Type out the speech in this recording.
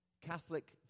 Catholic